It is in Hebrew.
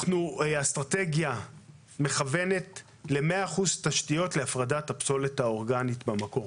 האסטרטגיה מכוונת ל-100% תשתיות להפרדת הפסולת האורגנית במקור.